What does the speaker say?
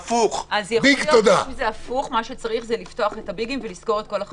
אז מה שצריך זה לפתוח את הביגים ולסגור את כל חנויות הרחוב.